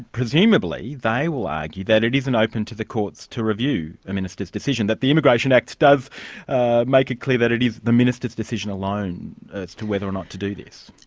presumably they will argue that it isn't open to the courts to review the minister's decision. that the immigration act does make it clear that it is the minister's decision alone as to whether or not to do this.